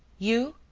you?